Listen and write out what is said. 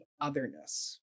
otherness